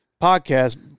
podcast